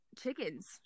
chickens